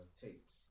tapes